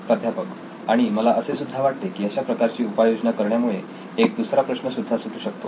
प्राध्यापक आणि मला असे सुद्धा वाटते की अशा प्रकारची उपाययोजना करण्यामुळे एक दुसरा प्रश्न सुद्धा सुटू शकतो